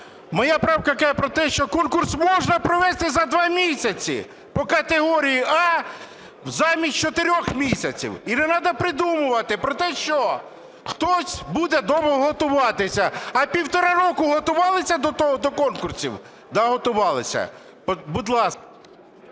Моя правка каже про те, що конкурс можна провести за два місяці по категорії "А" замість чотирьох місяців, і не надо придумувати про те, що хтось буде дома готуватися. А півтора року готувалися до конкурсів? Да, готувалися. Будь ласка…